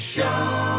Show